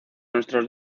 nuestros